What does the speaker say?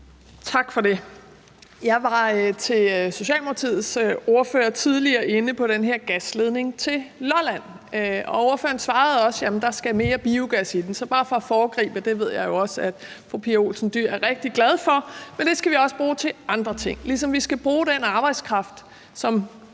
Tak for det. Jeg var over for Socialdemokratiets ordfører tidligere inde på den her gasledning til Lolland, og ordføreren svarede også, at der skal mere biogas i den. Så bare for at foregribe svaret vil jeg sige, at det ved jeg jo også at fru Pia Olsen Dyhr er rigtig glad for. Men det skal vi også bruge til andre ting, ligesom vi skal bruge den arbejdskraft, som